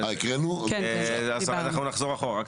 אנחנו נחזור אחורה,